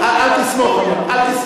אל תסמוך עליהן.